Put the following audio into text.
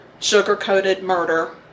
Sugarcoatedmurder